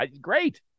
Great